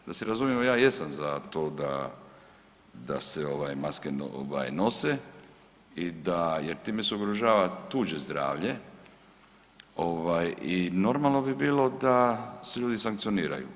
Da se razumijemo ja jesam za to da se maske nose i da jer time se ugrožava tuđe zdravlje i normalno bi bilo da se ljudi sankcioniraju.